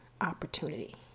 opportunity